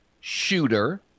shooter